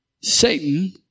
Satan